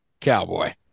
cowboy